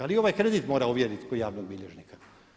Ali i ovaj kredit mora ovjeriti kod javnog bilježnika.